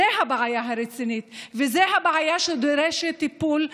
זו הבעיה הרצינית וזו הבעיה שדורשת טיפול.